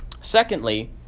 secondly